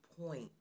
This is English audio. point